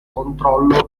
controllo